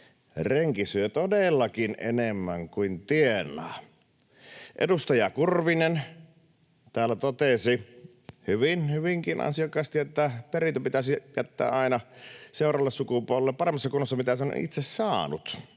Renki syö todellakin enemmän kuin tienaa. Edustaja Kurvinen täällä totesi hyvinkin ansiokkaasti, että perintö pitäisi jättää aina seuraavalle sukupolvelle paremmassa kunnossa kuin millaisena sen on itse saanut.